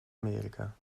amerika